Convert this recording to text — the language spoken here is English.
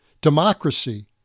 democracy